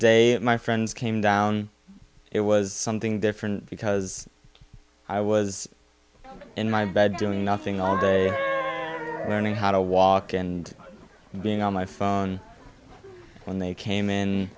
that my friends came down it was something different because i was in my bed doing nothing all day earning how to walk and being on my phone when they came in